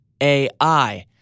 AI